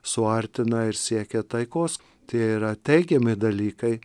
suartina ir siekia taikos tai yra teigiami dalykai